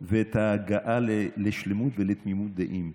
ואת ההגעה לשלמות ולתמימות דעים.